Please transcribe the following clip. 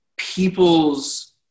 people's